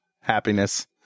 happiness